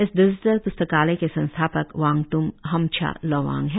इस डिजिटल प्स्ताकालय के संस्थापक वागंत्म हमछा लोवांग है